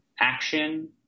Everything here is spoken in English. action